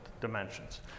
dimensions